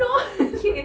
okay